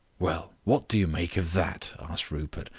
well, what do you make of that? asked rupert,